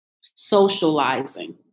socializing